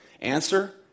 Answer